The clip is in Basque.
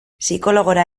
psikologora